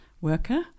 worker